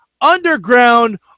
Underground